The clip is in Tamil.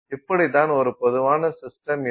இப்படிதான் ஒரு பொதுவான சிஸ்டம் இருக்கும்